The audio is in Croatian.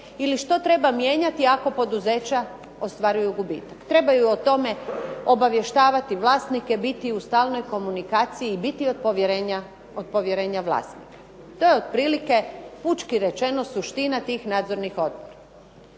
ili što treba mijenjati ako poduzeća ostvaruju gubitak. Trebaju o tome obavještavati vlasnike, biti u stalnoj komunikaciji i biti od povjerenja vlasnika. To je otprilike pučki rečeno suština tih nadzornih odbora.